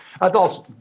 adults